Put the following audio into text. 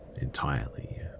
entirely